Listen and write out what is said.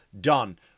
done